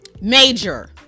Major